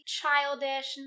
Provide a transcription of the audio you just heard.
childish